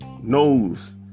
knows